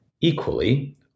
equally